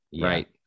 right